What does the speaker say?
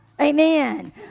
Amen